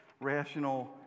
rational